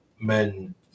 men